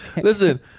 listen